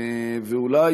ואולי